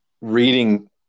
reading